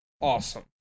awesome